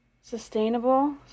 sustainable